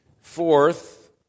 Fourth